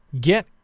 get